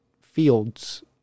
fields